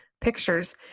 pictures